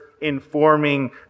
informing